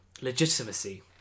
legitimacy